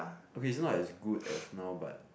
okay it's not as good as now but